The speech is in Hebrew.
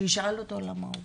שישאל אותו למה הוא פה.